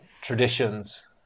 traditions